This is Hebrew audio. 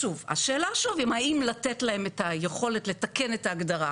השאלה, שוב, האם לתת להם את היכולת לתקן את ההגדרה